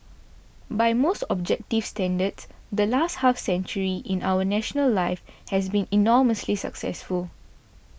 by most objective standards the last half century in our national life has been enormously successful